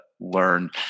learn